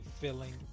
filling